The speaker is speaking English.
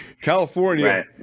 California